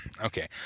Okay